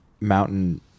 Mountain